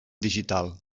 digital